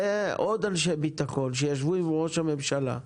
ועוד אנשי ביטחון שישבו עם ראש הממשלה,